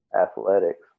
athletics